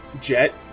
Jet